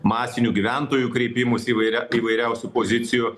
masinių gyventojų kreipimųsi įvairia įvairiausių pozicijų